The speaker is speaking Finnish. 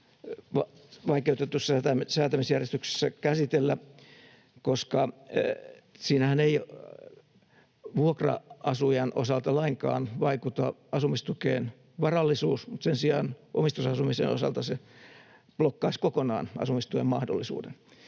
vaikeutetussa säätämisjärjestyksessä, koska siinähän ei vuokra-asujan osalta lainkaan vaikuta asumistukeen varallisuus, mutta sen sijaan omistusasumisen osalta se blokkaisi kokonaan asumistuen mahdollisuuden,